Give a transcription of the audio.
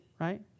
right